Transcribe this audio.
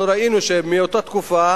אנחנו ראינו שמאותה תקופה,